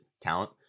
talent